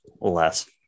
less